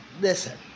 listen